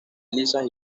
lisas